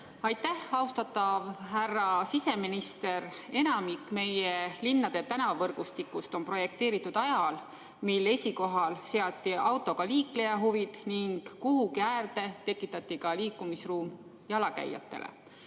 Aitäh! Austatav härra siseminister! Enamik meie linnade tänavavõrgustikust on projekteeritud ajal, kui esikohale seati autoga liikleja huvid ning kuhugi äärde tekitati liikumisruum jalakäijatele.